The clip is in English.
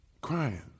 crying